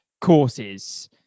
courses